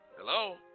Hello